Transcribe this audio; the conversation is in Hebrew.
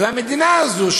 והמדינה הזו,